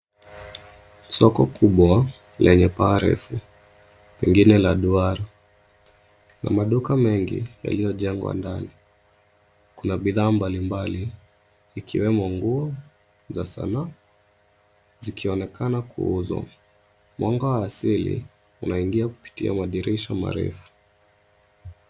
Soko kubwa lenye paa refu pengine la duara na maduka mengi yaliyojengwa ndani. Kuna bidhaa mbalimbali ikiwemo nguo za sanaa zikionekana kuuzwa. Mwanga wa asili unaingia kupitia madirisha marefu.